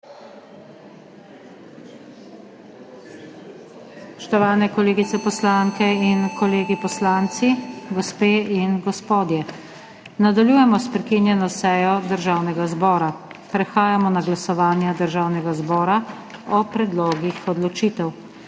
Spoštovani kolegice poslanke in kolegi poslanci, gospe in gospodje! Nadaljujemo s prekinjeno sejo Državnega zbora. Prehajamo na glasovanje Državnega zbora o predlogih odločitev.